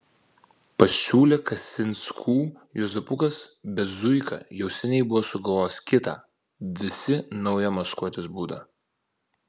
pasiūlė kasinskų juozapukas bet zuika jau seniai buvo sugalvojęs kitą visi naują maskuotės būdą